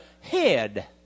head